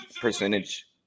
percentage